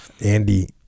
Andy